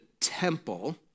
temple